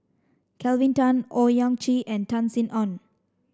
Kelvin Tan Owyang Chi and Tan Sin Aun